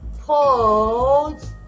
pause